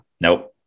nope